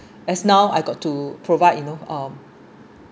as now I got to provide you know um